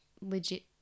legit